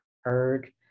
heard